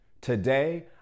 Today